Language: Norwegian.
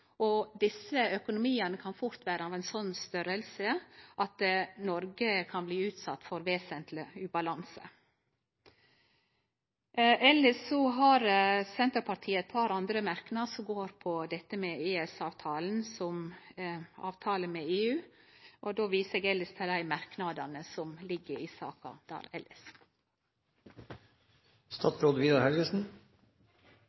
og desse økonomiane kan fort vere av ein sånn størrelse at Noreg kan bli utsett for vesentleg ubalanse. Elles har Senterpartiet eit par andre merknadar som går på dette med EØS-avtalen som avtale med EU, og då viser eg til dei merknadane som er i saka.